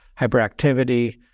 hyperactivity